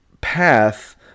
path